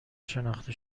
شناخته